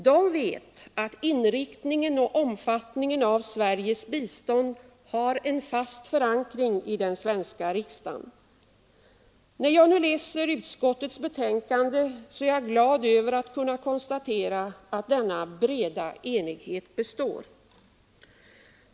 De vet att inriktningen och omfattningen av Sveriges bistånd har en fast förankring i den svenska riksdagen. När jag nu läser utskottets betänkande är jag glad över att kunna konstatera att denna breda enighet består.